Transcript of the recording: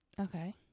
Okay